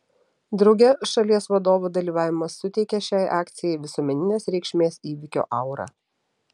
drauge šalies vadovo dalyvavimas suteikia šiai akcijai visuomeninės reikšmės įvykio aurą